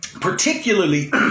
particularly